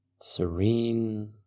Serene